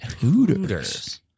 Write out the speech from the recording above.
hooters